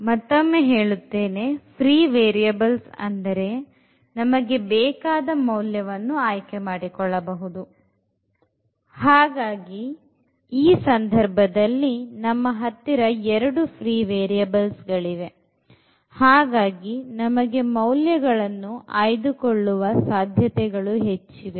ಮತ್ತೊಮ್ಮೆ ಹೇಳುತ್ತೇನೆ free variables ಅಂದರೆ ನಮಗೆ ಬೇಕಾದ ಮೌಲ್ಯವನ್ನು ಆಯ್ಕೆ ಮಾಡಿಕೊಳ್ಳಬಹುದು ಹಾಗಾಗಿ ಈ ಸಂದರ್ಭದಲ್ಲಿ ನಮ್ಮ ಹತ್ತಿರ ಎರಡು free variables ಗಳಿವೆ ಹಾಗಾಗಿ ನಮಗೆ ಮೌಲ್ಯಗಳನ್ನು ಆಯ್ದುಕೊಳ್ಳುವ ಸಾಧ್ಯತೆಗಳು ಹೆಚ್ಚಿವೆ